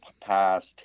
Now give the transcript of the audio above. past